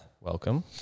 Welcome